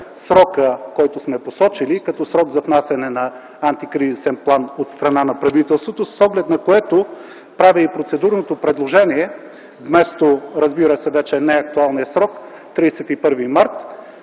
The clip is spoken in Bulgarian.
срокът, който сме посочили за внасяне на антикризисен план от страна на правителството, с оглед на което правя процедурното предложение – вместо неактуалния срок 31 март,